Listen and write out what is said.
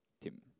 Tim